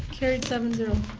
carried seven zero.